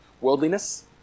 worldliness